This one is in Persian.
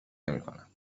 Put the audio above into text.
نمیکنم